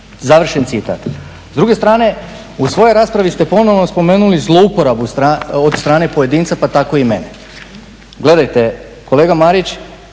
završen citati. S druge strane u svojoj raspravi ste ponovo spomenuli zlouporabu od strane pojedinca pa tako i mene. Gledajte, kolega Marić,